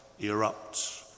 erupts